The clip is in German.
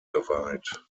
geweiht